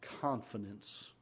confidence